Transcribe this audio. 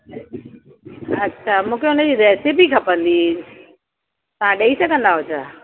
अच्छा मूंखे हुन जी रेसिपी खपंदी हुई तव्हां ॾेई सघंदा आहियो छा